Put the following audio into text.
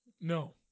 No